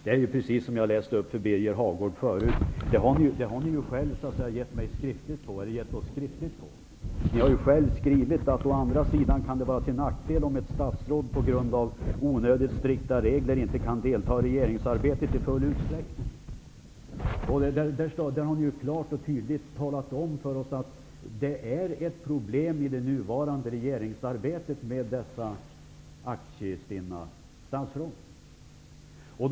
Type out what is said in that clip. Jag läste tidigare upp för Birger Hagård vad ni själva har skrivit: Å andra sidan kan det vara till nackdel om ett statsråd på grund av onödigt strikta regler inte kan delta i regeringsarbetet i full utsträckning. Ni har ju klart och tydligt talat om för oss att det är ett problem för det nuvarande regeringsarbetet med dessa aktiestinna statsråd.